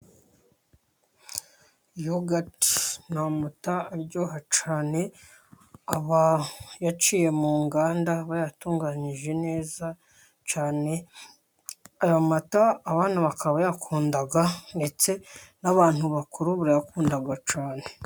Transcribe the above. Yawurute ni amuta aryoha cyane aba yaciye mu nganda, bayatunganyije neza cyane, aya mata abana bakaba bayakunda ndetse n' abantu bakuru barayakunda cyane.